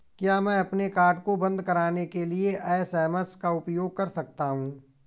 क्या मैं अपने कार्ड को बंद कराने के लिए एस.एम.एस का उपयोग कर सकता हूँ?